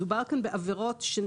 מדובר כאן בעבירות שהן